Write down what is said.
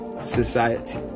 society